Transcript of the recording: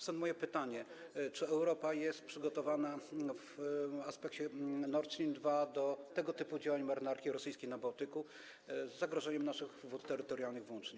Stąd moje pytanie: Czy Europa jest przygotowana w aspekcie Nord Stream 2 do tego typu działań marynarki rosyjskiej na Bałtyku, z zagrożeniem naszych wód terytorialnych włącznie?